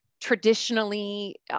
traditionally